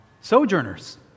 sojourners